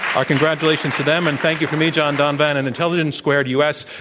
our congratulations to them, and thank you from me, john donvan, and intelligence squared u. s.